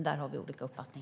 Här har vi olika uppfattning.